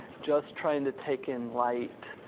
just trying to take in light,